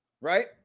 right